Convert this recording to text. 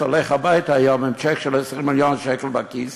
הולך הביתה היום עם צ'ק של 20 מיליון שקל בכיס